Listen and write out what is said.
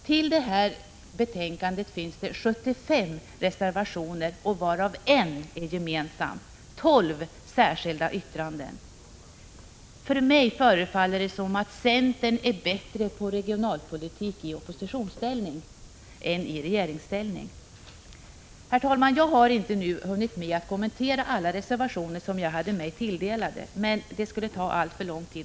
Till betänkandet finns det 12 särskilda yttranden och 75 reservationer, varav en är gemensam. Herr talman! Jag har nu inte hunnit med att kommentera alla reservationer som jag hade fått mig tilldelade — det skulle ta alltför lång tid.